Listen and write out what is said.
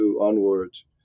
onwards